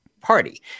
Party